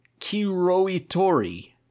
Kiroitori